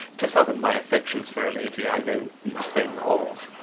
to summon my affections for a lady i know nothing of!